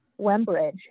Wembridge